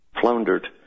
floundered